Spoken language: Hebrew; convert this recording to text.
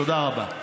תודה רבה.